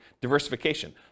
diversification